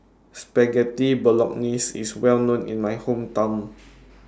Spaghetti Bolognese IS Well known in My Hometown